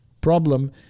problem